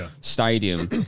stadium